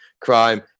crime